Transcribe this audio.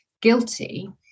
guilty